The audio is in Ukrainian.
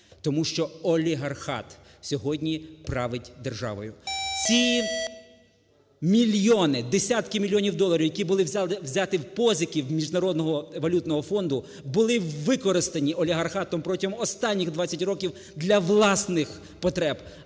Тому що олігархат сьогодні править державою. Ці мільйони, десятки мільйонів доларів, які були взяті в позики в Міжнародного валютного фонду, були використані олігархатом протягом останніх 20 років для власних потреб,